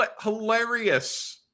Hilarious